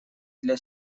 для